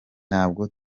ntabwo